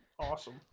Awesome